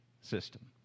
system